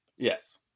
Yes